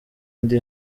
ndi